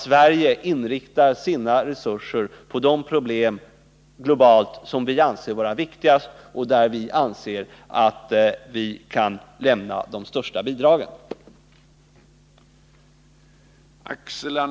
Sverige bör inrikta sina resurser på de globala problem som vi anser vara de viktigaste och på de områden där vi anser att vi kan lämna de största bidragen.